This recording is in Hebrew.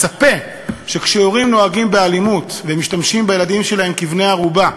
מצפה שכשהורים נוהגים באלימות ומשתמשים בילדים שלהם כבני-ערובה,